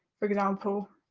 for example,